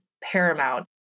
paramount